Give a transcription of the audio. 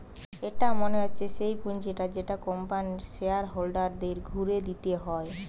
এটা মনে হচ্ছে সেই পুঁজিটা যেটা কোম্পানির শেয়ার হোল্ডারদের ঘুরে দিতে হয়